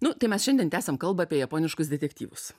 nu tai mes šiandien tęsiam kalba apie japoniškus detektyvus